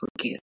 forgive